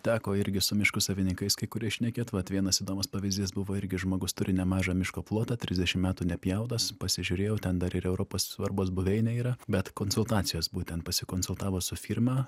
teko irgi su miškų savininkais kai kurie šnekėt vat vienas įdomus pavyzdys buvo irgi žmogus turi nemažą miško plotą trisdešim metų nepjautas pasižiūrėjau ten dar ir europos svarbos buveinė yra bet konsultacijos būtent pasikonsultavo su firma